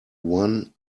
one